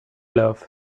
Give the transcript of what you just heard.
love